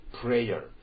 prayer